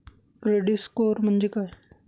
Credit score म्हणजे काय?